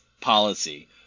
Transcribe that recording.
policy